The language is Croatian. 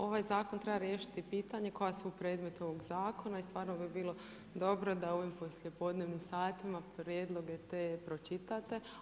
Ovaj zakon treba riješiti pitanja koja su predmet ovog zakona i svakako bi bilo dobro da ovim poslijepodnevnim satima, prijedloge te pročitate.